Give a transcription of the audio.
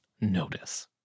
notice